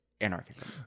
Anarchism